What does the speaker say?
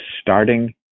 starting